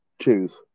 choose